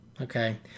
okay